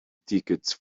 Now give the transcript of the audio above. tickets